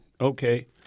okay